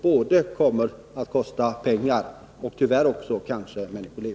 Förändringen kommer att kosta pengar och tyvärr kanske också människoliv.